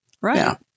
Right